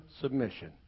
submission